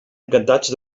encantats